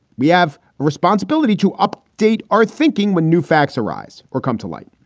we have a responsibility to update our thinking when new facts arise or come to light.